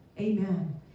Amen